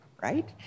right